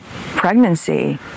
pregnancy